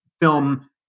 film